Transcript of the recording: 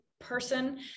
person